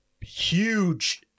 huge